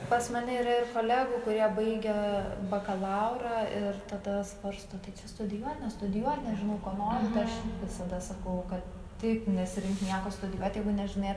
pas mane yra ir kolegų kurie baigė bakalaurą ir tada svarsto tai čia studijuot nestudijuot nežinau ko noriu aš ir visada sakau kad taip nesirinkt nieko studijuoti jeigu nežinai